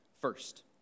first